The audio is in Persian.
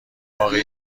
واقعی